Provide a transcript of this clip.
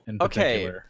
Okay